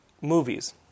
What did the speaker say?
Movies